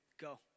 go